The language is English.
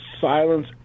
silence